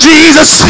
Jesus